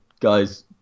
guys